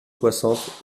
soixante